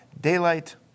daylight